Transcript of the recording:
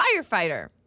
firefighter